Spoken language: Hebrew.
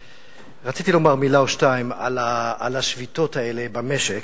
רציתי לומר מלה או שתיים על השביתות האלה במשק.